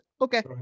Okay